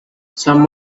some